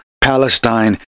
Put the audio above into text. Palestine